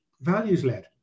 values-led